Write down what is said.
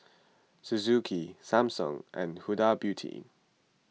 Suzuki Samsung and Huda Beauty